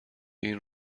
این